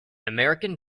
american